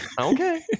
Okay